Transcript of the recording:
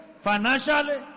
financially